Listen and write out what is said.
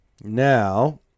Now